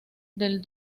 del